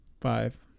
five